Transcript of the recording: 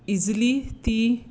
easily ती